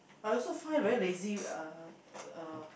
I also find very lazy uh uh